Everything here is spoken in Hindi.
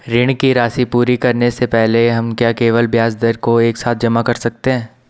ऋण की राशि पूरी करने से पहले हम क्या केवल ब्याज दर को एक साथ जमा कर सकते हैं?